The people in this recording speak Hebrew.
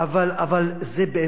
אבל זה באמת